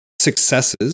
successes